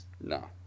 No